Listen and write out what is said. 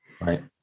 Right